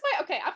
okay